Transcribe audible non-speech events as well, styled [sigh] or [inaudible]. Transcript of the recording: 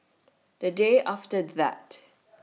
The Day after that [noise]